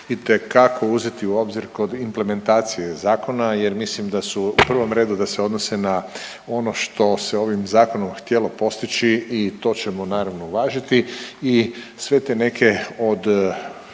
itekako uzeti u obzir kod implemenatacije zakona jer mislim da su u prvom redu da se odnose na ono što se ovim zakonom htjelo postići i to ćemo naravno uvažiti i sve te neke od